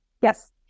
Yes